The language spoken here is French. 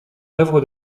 œuvre